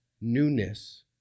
newness